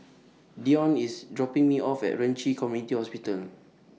Dion IS dropping Me off At Ren Ci Community Hospital